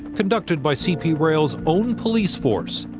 conducted by cp rail's own police force.